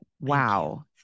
Wow